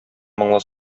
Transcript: моңлы